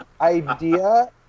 idea